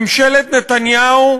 ממשלת נתניהו,